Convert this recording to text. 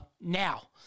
now